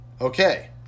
Okay